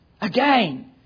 again